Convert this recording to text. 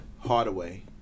Hardaway